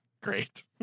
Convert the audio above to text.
Great